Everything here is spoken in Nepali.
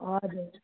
हजुर